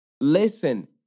listen